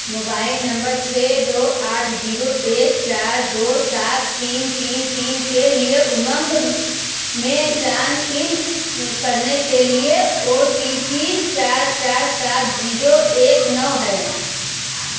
mobile number छः दो आठ जीरो एक चार दो सात तीन तीन तीन के लिए उमंग में लॉन इन करने के लिए ओ टी पी चार चार सात जीरो एक नौ है